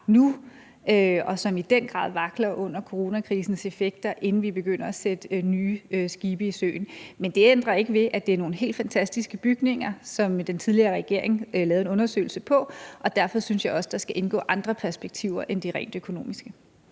har, som i den grad vakler under coronakrisens effekter, inden vi begynder at sætte nye skibe i søen. Men det ændrer ikke ved, at det er nogle helt fantastiske bygninger, som den tidligere regering lavede en undersøgelse af, og derfor synes jeg også, der skal indgå andre perspektiver end de rent økonomiske.